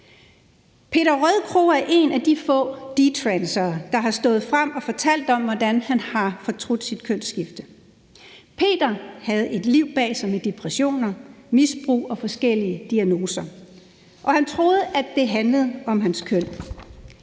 Peter Rødbro er en af de få detransitioners, der er stået frem og har fortalt om, hvordan han har fortrudt sit kønsskifte. Peter havde et liv bag sig med depressioner, misbrug og forskellige diagnoser, og han troede, at det handlede om hans køn.